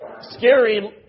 scary